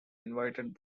invited